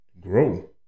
grow